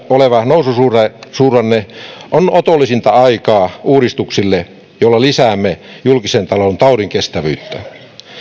oleva noususuhdanne on otollisinta aikaa uudistuksille joilla lisäämme julkisen talouden taudinkestävyyttä